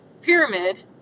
pyramid